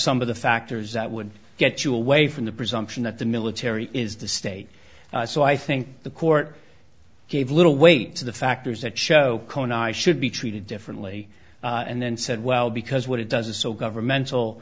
some of the factors that would get you away from the presumption that the military is the state so i think the court gave little weight to the factors that show cohen i should be treated differently and then said well because what it does a so governmental